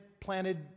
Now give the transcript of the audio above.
planted